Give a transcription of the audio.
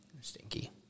Stinky